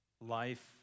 life